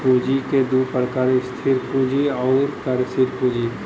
पूँजी क दू प्रकार स्थिर पूँजी आउर कार्यशील पूँजी